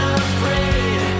afraid